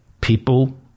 People